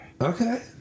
Okay